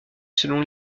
selon